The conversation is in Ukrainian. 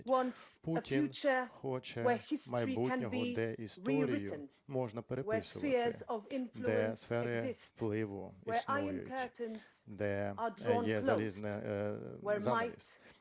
Путін хоче майбутнього, де історію можна переписувати, де сфери впливу існують, де є залізний занавіс,